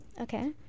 Okay